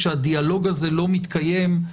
שהדיאלוג הזה לא מתקיים בה.